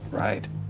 right.